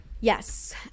Yes